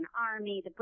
Army